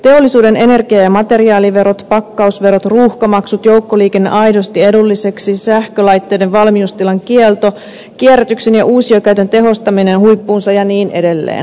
teollisuuden energia ja materiaaliverot pakkausverot ruuhkamaksut joukkoliikenne aidosti edulliseksi sähkölaitteiden valmiustilan kielto kierrätyksen ja uusiokäytön tehostaminen huippuunsa ja niin edelleen